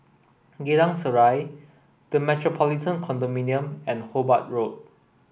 Geylang Serai The Metropolitan Condominium and Hobart Road